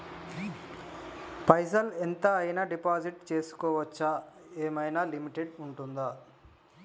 పైసల్ ఎంత అయినా డిపాజిట్ చేస్కోవచ్చా? ఏమైనా లిమిట్ ఉంటదా?